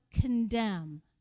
condemn